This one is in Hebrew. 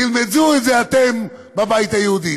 תלמדו את זה, אתם בבית היהודי.